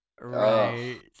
Right